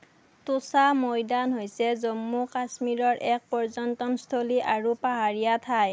টোছা মৈদান হৈছে জম্মু কাশ্মীৰৰ এক পৰ্যটনস্থলী আৰু পাহাৰীয়া ঠাই